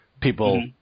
people